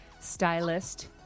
stylist